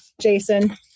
Jason